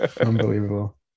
Unbelievable